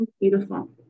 beautiful